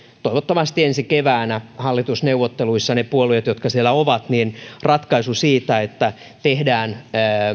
toivottavasti ensi keväänä hallitusneuvotteluissa ne puolueet jotka siellä ovat ratkaisu siitä että tehdään